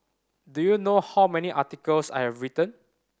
do you know how many articles I've written